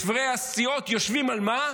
חברי הסיעות יושבים על מה?